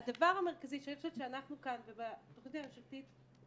והדבר המרכזי שאני חושבת שאנחנו כאן ובתכנית הממשלתית